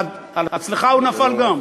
אצלך הוא נפל גם.